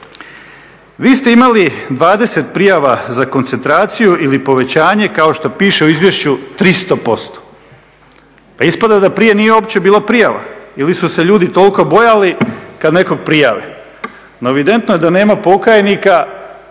Vi ste imali 20 prijava za koncentraciju ili povećanje kao što piše u izvješću 300%. Pa ispada da prije nije uopće bilo prijava ili su se ljudi toliko bojali kad nekoga prijave. No evidentno je da nema … pa svi